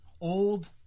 old